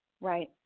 Right